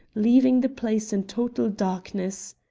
leaving the place in total darkness.